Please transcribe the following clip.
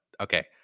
okay